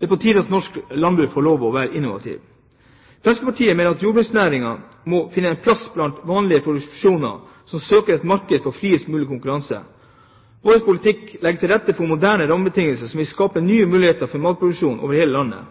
er på tide at norsk landbruk får lov å være innovativ. Fremskrittspartiet mener at jordbruksnæringen må finne sin plass blant vanlige produksjoner som søker et marked i friest mulig konkurranse. Vår politikk legger til rette for moderne rammebetingelser som vil skape nye muligheter for matproduksjon over hele landet.